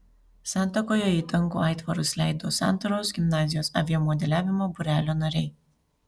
santakoje į dangų aitvarus leido santaros gimnazijos aviamodeliavimo būrelio nariai